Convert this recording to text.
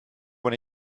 want